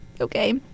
okay